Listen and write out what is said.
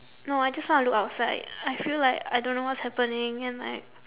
no I just want to look outside I feel like I don't know what's happening and like